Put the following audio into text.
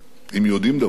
אם יודעים דבר כזה,